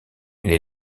les